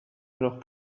alors